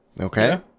Okay